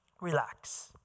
relax